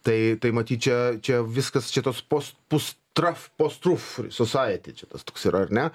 tai tai matyt čia čia viskas čia tuos pos pus traf post truth society čia tas toks yra ar ne